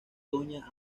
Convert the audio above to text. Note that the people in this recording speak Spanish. doña